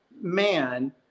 man